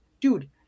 dude